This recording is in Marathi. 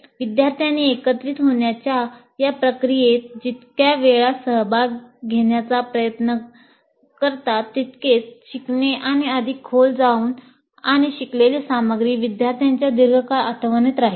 विद्यार्थ्यांनी एकत्रित होण्याच्या या प्रक्रियेत जितक्या वेळा सहभाग घेण्याचा आमचा प्रयत्न करू तितकेच शिकणे आपण अधिक खोल जाऊ आणि शिकलेली सामग्री विद्यार्थ्यांच्या दीर्घकाळ आठवणीत राहील